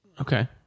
Okay